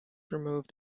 removed